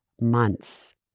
months